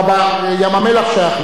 ים-המלח שייך לירושלים.